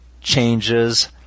changes